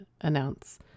announce